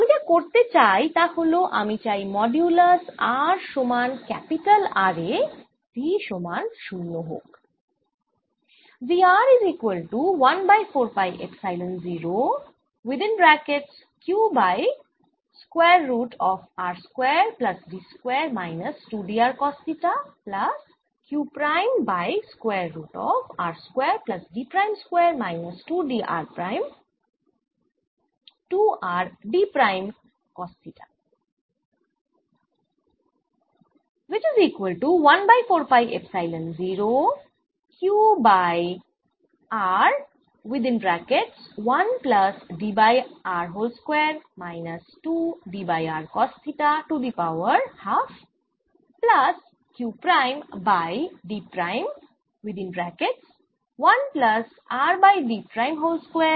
আমি যা করতে চাই তা হল আমি চাই মডুলাস r সমান R এ V সমান 0 হোক